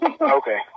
Okay